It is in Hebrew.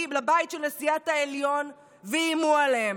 המשפטית, של נשיאת העליון, ואיימו עליהם,